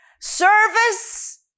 Service